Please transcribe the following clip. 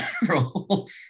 general